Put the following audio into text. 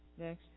Next